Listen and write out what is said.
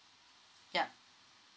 yup